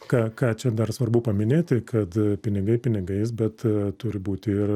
ką ką čia dar svarbu paminėti kad pinigai pinigais bet turi būti ir